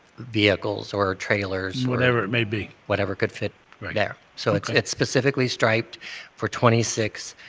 vehicles or trailers. whatever it may be. whatever could fit there. so it's it's specifically striped for twenty six.